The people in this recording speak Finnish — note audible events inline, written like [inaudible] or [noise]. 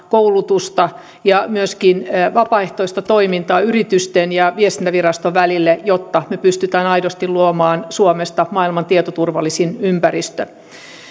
[unintelligible] koulutusta ja myöskin vapaaehtoista toimintaa yritysten ja viestintäviraston välille jotta me pystymme aidosti luomaan suomesta maailman tietoturvallisimman ympäristön